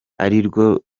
arirwo